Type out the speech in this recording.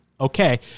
Okay